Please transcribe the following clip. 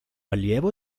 allievo